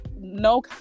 no